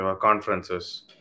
conferences